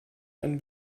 einen